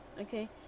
Okay